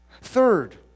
Third